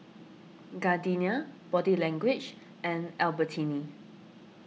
Gardenia Body Language and Albertini